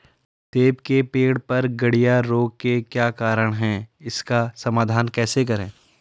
सेब के पेड़ पर गढ़िया रोग के क्या कारण हैं इसका समाधान कैसे करें?